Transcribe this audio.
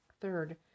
Third